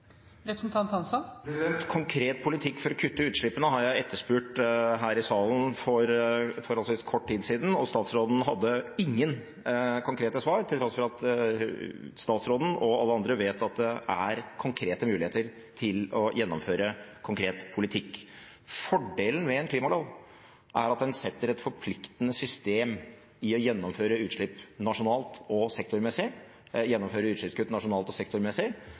Konkret politikk for å kutte utslippene har jeg etterspurt her i salen for forholdsvis kort tid siden, og statsråden hadde ingen konkrete svar, til tross for at statsråden og alle andre vet at det er konkrete muligheter til å gjennomføre konkret politikk. Fordelen med en klimalov er at den setter et forpliktende system når det gjelder å gjennomføre utslippskutt nasjonalt og sektormessig. Det er et system vi mangler dag, med skrikende tydelig resultat, nemlig ikke utslippskutt.